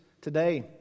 today